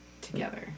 together